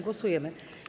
Głosujemy.